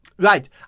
Right